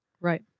Right